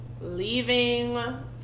leaving